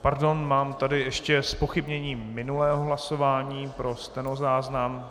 Pardon, mám tady ještě zpochybnění minulého hlasování pro stenozáznam.